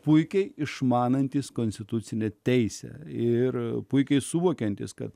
puikiai išmanantys konstitucinę teisę ir puikiai suvokiantis kad